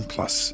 Plus